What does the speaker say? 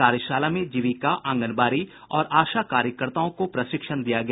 कार्यशाला में जीविका आंगनबाड़ी और आशा कार्यकर्ताओं को प्रशिक्षण दिया गया